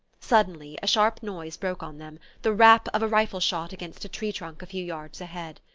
suddenly a sharp noise broke on them the rap of a rifle-shot against a tree-trunk a few yards ahead.